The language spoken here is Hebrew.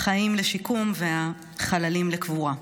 החיים לשיקום, והחללים לקבורה.